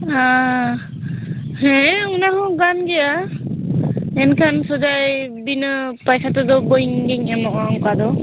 ᱦᱮᱸ ᱚᱱᱟ ᱦᱚᱸ ᱜᱟᱱ ᱜᱮᱭᱟ ᱢᱮᱱᱠᱷᱟᱱ ᱥᱚᱡᱟᱭ ᱵᱤᱱᱟᱹ ᱯᱚᱭᱥᱟ ᱛᱮᱫᱚ ᱵᱟᱹᱧ ᱜᱮᱧ ᱮᱢᱚᱜᱼᱟ ᱚᱱᱠᱟ ᱫᱚ